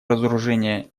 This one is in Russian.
разоружения